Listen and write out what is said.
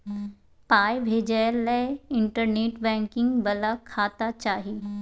पाय भेजय लए इंटरनेट बैंकिंग बला खाता चाही